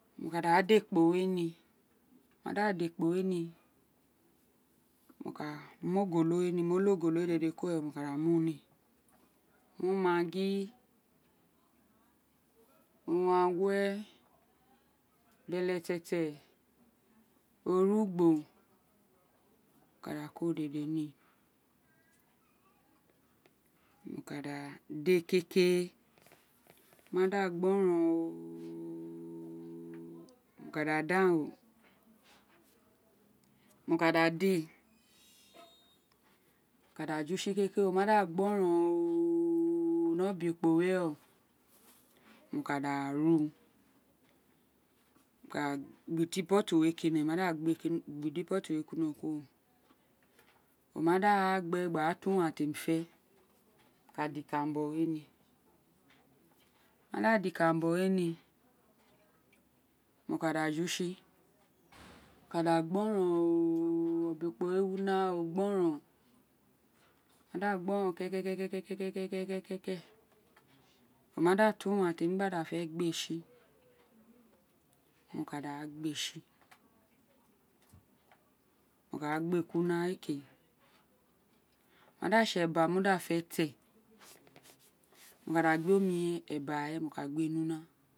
Mo ka dà di ekpo we ní mo ka mí ogolo we ní mo ka mí ogolo we ní mo lo ogolo we dèdè kuro mo ka da mi maggi uwangue bélètétè orugbi mo ka da ko dèdè ní mo ka da dé ke oma da gboron o ooooo mo ka da da gho mo ka da de mo ka jutsi kékère oma de gboron ooooo ní obe ekpo we ren o mo ka da ru mo ka da gí ide potti we mo ma da gba kene o ma da gbé to ubo temí fé i mo ka dí ikanan bo we ní mo ma dá dè ikananbo we ní mo ka da ju tsi o ka da gbóròn oooooo ọbe ekpo wi una o o ka gboron o ma da gboron ke ke ke ke ke o ma da tu uwan te mí gba da fé gbe tsi mo ka da gbe tsi mo ka re gba gbe ku una we ke oma da tse eba ti mo fó eba we ní una